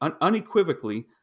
unequivocally